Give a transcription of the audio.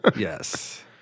Yes